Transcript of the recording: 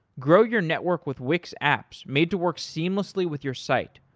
grow your network with wix apps made to work seamlessly with your site,